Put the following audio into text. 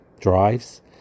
drives